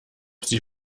sie